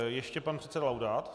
Ještě pan předseda Laudát.